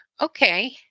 Okay